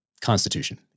constitution